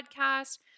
podcast